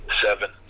seven